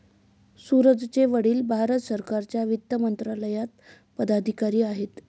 सूरजचे वडील भारत सरकारच्या वित्त मंत्रालयात पदाधिकारी आहेत